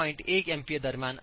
1 MPa दरम्यान असतो